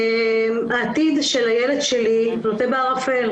העתיד של הילד שלי לוטה בערפל.